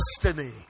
destiny